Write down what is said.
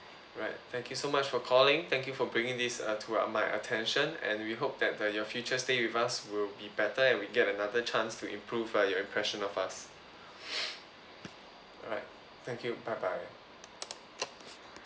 alright thank you so much for calling thank you for bringing this uh to uh my attention and we hope that your future stay with us will be better and we get another chance to improve uh your impression of us alright thank you bye bye